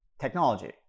Technology